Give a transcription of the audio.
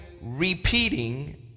repeating